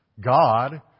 God